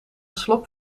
slok